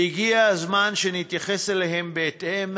והגיע הזמן שנתייחס אליהם בהתאם,